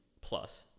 plus